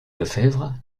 lefebvre